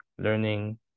Learning